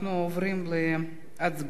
אנחנו עוברים להצבעה.